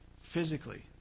physically